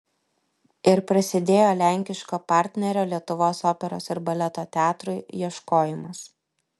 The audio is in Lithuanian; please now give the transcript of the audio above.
ir prasidėjo lenkiško partnerio lietuvos operos ir baleto teatrui ieškojimas